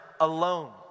alone